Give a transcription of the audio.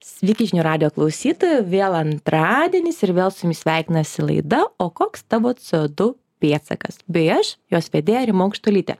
sveiki žinių radijo klausytojai vėl antradienis ir vėl su jumis sveikinasi laida o koks tavo c o du pėdsakas bei aš jos vedėja rima aukštuolytė